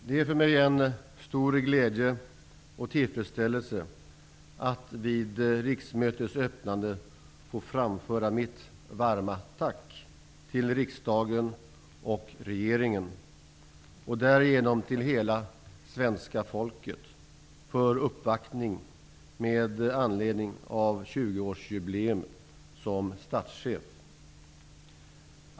Det är för mig en stor glädje och tillfredsställelse att vid riksmötets öppnande få framföra mitt varma tack till riksdagen och regeringen och därigenom till hela svenska folket för uppvaktning med anledning av 20-årsjubileet som statschef.